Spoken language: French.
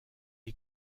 est